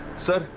sir,